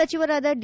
ಸಚಿವರಾದ ಡಿ